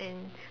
and